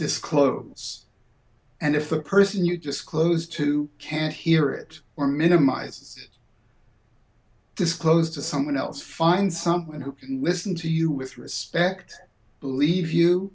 disclose and if the person you just close to can't hear it or minimized disclosed to someone else find someone who can listen to you with respect believe you